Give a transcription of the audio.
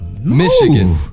Michigan